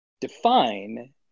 define